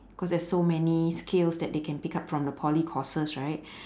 cause there's so many skills that they can pick up from the poly courses right